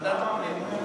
לוועדת הפנים.